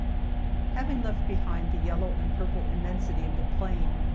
having left behind the yellow and purple immensity of the plain,